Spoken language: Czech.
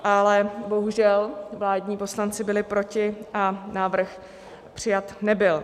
Ale bohužel vládní poslanci byli proti a návrh přijat nebyl.